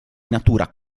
natura